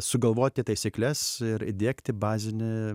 sugalvoti taisykles ir įdiegti bazinį